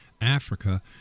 Africa